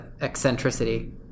eccentricity